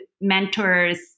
mentors